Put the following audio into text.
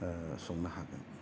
संनो हागोन